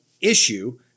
issue